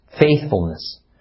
faithfulness